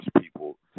people